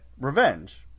revenge